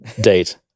date